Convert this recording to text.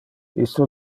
isto